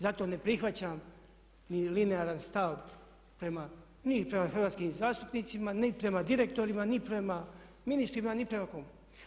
Zato ne prihvaćam ni linearan stav ni prema hrvatskim zastupnicima ni prema direktorima ni prema ministrima ni prema kome.